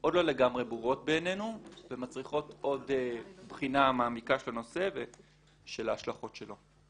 עוד לא לגמרי ברורות ומצריכות עוד בחינה מעמיקה שלך הנושא וההשלכות שלו.